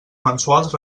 mensuals